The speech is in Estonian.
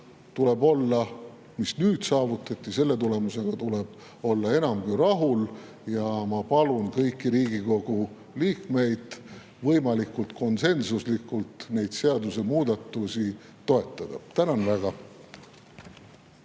tulemusega, mis nüüd saavutati, tuleb olla enam kui rahul ja ma palun kõiki Riigikogu liikmeid võimalikult konsensuslikult neid seadusemuudatusi toetada. Tänan väga!